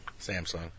Samsung